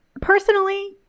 personally